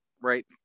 right